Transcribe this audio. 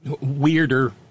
weirder